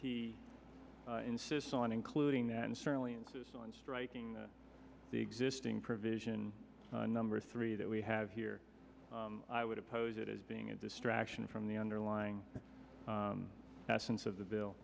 he insists on including that and certainly in striking the existing provision number three that we have here i would oppose it as being a distraction from the underlying essence of the bill